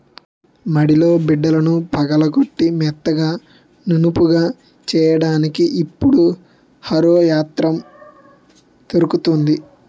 మడిలో బిడ్డలను పగలగొట్టి మెత్తగా నునుపుగా చెయ్యడానికి ఇప్పుడు హరో యంత్రం దొరుకుతుంది